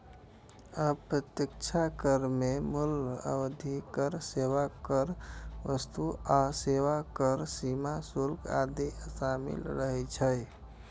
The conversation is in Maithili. अप्रत्यक्ष कर मे मूल्य वर्धित कर, सेवा कर, वस्तु आ सेवा कर, सीमा शुल्क आदि शामिल रहै छै